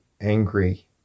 angry